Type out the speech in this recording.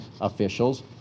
officials